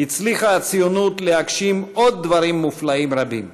הצליחה הציונות להגשים עוד דברים מופלאים רבים,